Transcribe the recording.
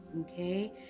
Okay